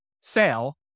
sale